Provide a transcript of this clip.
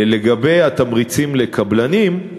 לגבי התמריצים לקבלנים,